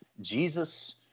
Jesus